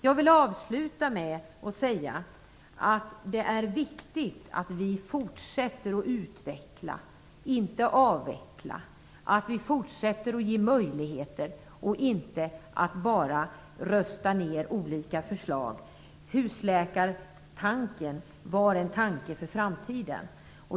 Jag vill avsluta med att säga att det är viktigt att vi fortsätter att utveckla, inte avveckla, och att vi fortsätter att ge möjligheter och inte bara rösta emot olika förslag. Husläkartanken var en tanke för framtiden.